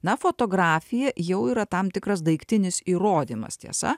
na fotografija jau yra tam tikras daiktinis įrodymas tiesa